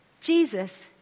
Jesus